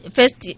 First